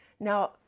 Now